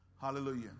Hallelujah